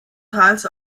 teils